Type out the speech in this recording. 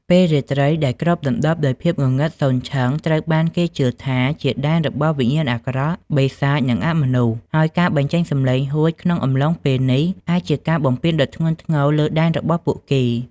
ពេលរាត្រីដែលគ្របដណ្ដប់ដោយភាពងងឹតសូន្យឈឹង ត្រូវបានគេជឿថាជាដែនរបស់វិញ្ញាណអាក្រក់ បិសាច និងអមនុស្ស ហើយការបញ្ចេញសំឡេងហួចក្នុងអំឡុងពេលនេះអាចជាការបំពានដ៏ធ្ងន់ធ្ងរលើដែនរបស់ពួកគេ។